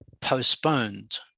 postponed